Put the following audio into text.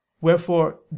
wherefore